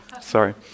Sorry